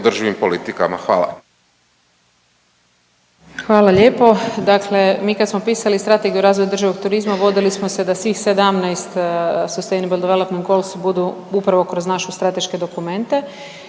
Nikolina (HDZ)** Hvala lijepo. Dakle, mi kad smo pisali Strategiju o razvoju održivog turizma vodili smo se da svih 17 …/Govornica se ne razumije./… budu upravo kroz naše strateške dokumente